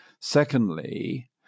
Secondly